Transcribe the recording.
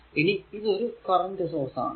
ഇനി ഇതൊരു current source ആണ്